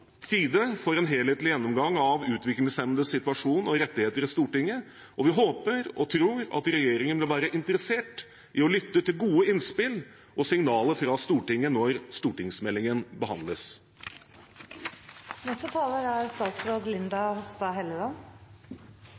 tide med en helhetlig gjennomgang i Stortinget av utviklingshemmedes situasjon og rettigheter. Og vi håper og tror at regjeringen vil være interessert i å lytte til gode innspill og signaler fra Stortinget når stortingsmeldingen behandles. Det å styrke grunnleggende rettigheter for personer med utviklingshemning er